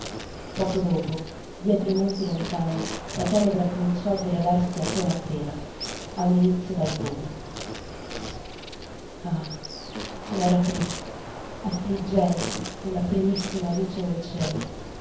chiusi poco dopo dietro i monti lontani la tenebra cominciò a diradarsi appena appena a un indizio d'albore ah com'era triste affliggente quella primissima luce del cielo